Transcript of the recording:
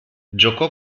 giocò